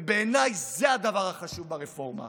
בעיניי זה הדבר החשוב ברפורמה: